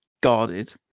guarded